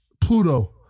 Pluto